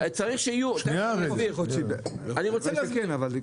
מה העניין הזה, אני לא מבין.